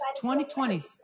2020s